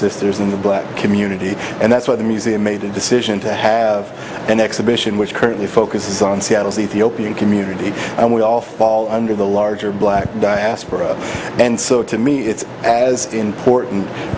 sisters in the black community and that's why the museum made the decision to have an exhibition which currently focus on seattle's ethiopian community and we all fall under the larger black diaspora and so to me it's as important